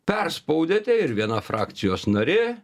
perspaudėte ir viena frakcijos narė